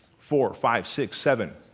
four, five, six, seven.